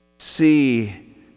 See